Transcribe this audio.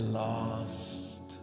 lost